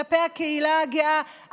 כלפי הקהילה הגאה,